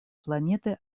планеты